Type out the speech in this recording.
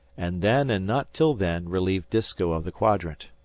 and then and not till then relieved disko of the quadrant.